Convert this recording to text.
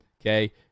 Okay